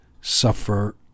suffer